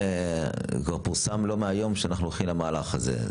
כבר פורסם לא מהיום שאנחנו הולכים למהלך הזה.